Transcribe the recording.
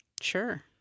Sure